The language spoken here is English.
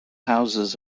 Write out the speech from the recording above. houses